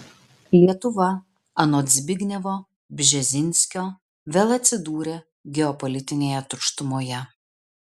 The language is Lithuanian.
lietuva anot zbignevo bžezinskio vėl atsidūrė geopolitinėje tuštumoje